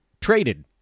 traded